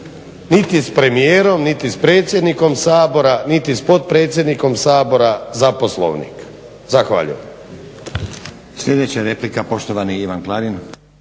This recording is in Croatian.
niti s premijerom niti s predsjednikom Sabora niti s potpredsjednikom Sabora za poslovnik. Zahvaljujem.